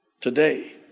today